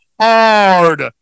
hard